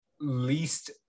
least